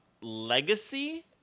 legacy